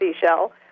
seashell